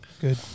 Good